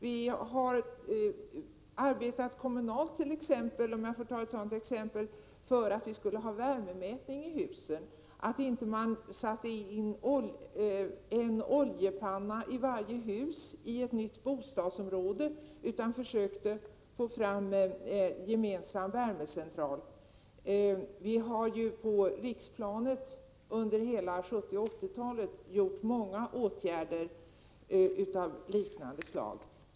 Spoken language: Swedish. Vi har arbetat kommunalt, om jag får ta ett sådant exempel, för att vi skulle ha värmemätning i husen. Vi har vidare arbetat för att man inte skulle sätta in en oljepanna i varje hus i ett nytt bostadsområde utan försöka få fram gemensam värmecentral. Vi har på riksplanet under hela 1970 och 1980-talen vidtagit många åtgärder av liknande slag.